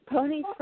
Pony